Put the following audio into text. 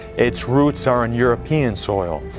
its roots are in european soil.